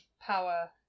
Power